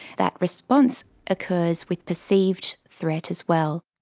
that response occurs with perceived threat as well.